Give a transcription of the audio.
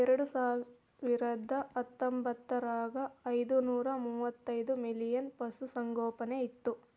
ಎರೆಡಸಾವಿರದಾ ಹತ್ತೊಂಬತ್ತರಾಗ ಐದನೂರಾ ಮೂವತ್ತೈದ ಮಿಲಿಯನ್ ಪಶುಸಂಗೋಪನೆ ಇತ್ತು